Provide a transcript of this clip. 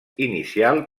inicial